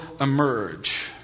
emerge